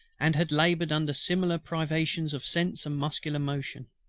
and had laboured under similar privations of sense and muscular motion.